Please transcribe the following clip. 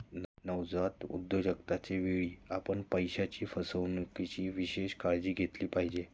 नवजात उद्योजकतेच्या वेळी, आपण पैशाच्या फसवणुकीची विशेष काळजी घेतली पाहिजे